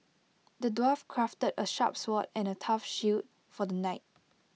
the dwarf crafted A sharp sword and A tough shield for the knight